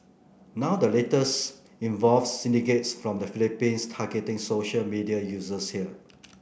now the latest involves syndicates from the Philippines targeting social media users here